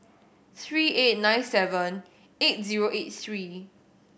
three eight nine seven eight zero eight three